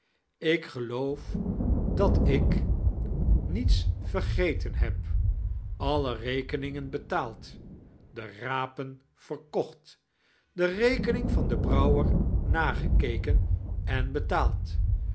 ik geloof dat ik niets vergeten heb alle rekeniiigetn betaald de rapen verkooht de rekening van den brouwer nageke ken en betaald